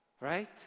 right